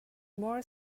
more